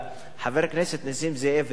חברי הכנסת נסים זאב ויואל חסון,